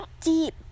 Deep